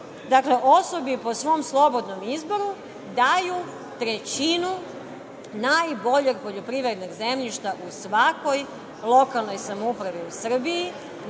dakle, osobi po svom slobodnom izboru daju trećinu najboljeg poljoprivrednog zemljišta u svakoj lokalnoj samoupravi u Srbiji,